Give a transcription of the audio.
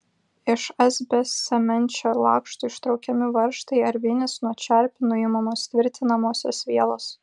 iš asbestcemenčio lakštų ištraukiami varžtai ar vinys nuo čerpių nuimamos tvirtinamosios vielos